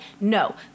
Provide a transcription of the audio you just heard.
no